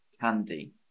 candy